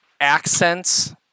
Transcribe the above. accents